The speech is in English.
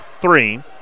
three